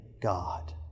God